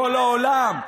כל העולם.